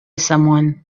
someone